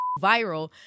viral